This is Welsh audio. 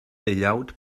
deuawd